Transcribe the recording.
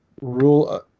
Rule